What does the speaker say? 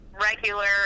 regular